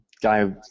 guy